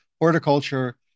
horticulture